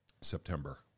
September